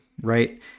right